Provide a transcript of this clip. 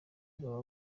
baba